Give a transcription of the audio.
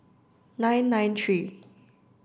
nine nine three